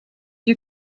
you